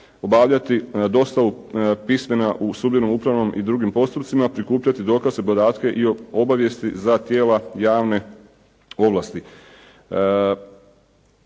obavljati dostavu pismena u sudbenom, upravnom i drugim postupcima, prikupljati dokaze, podatke i obavijesti za tijela javne ovlasti.